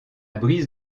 brise